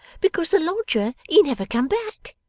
because the lodger he never come back,